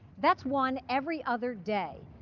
that's one every other day.